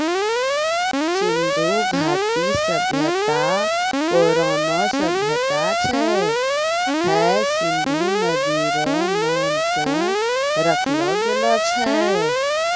सिन्धु घाटी सभ्यता परौनो सभ्यता छै हय सिन्धु नदी रो नाम से राखलो गेलो छै